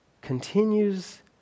continues